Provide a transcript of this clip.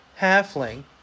halfling